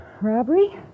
Robbery